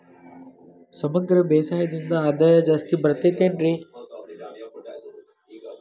ಸಮಗ್ರ ಬೇಸಾಯದಿಂದ ಆದಾಯ ಜಾಸ್ತಿ ಬರತೈತೇನ್ರಿ?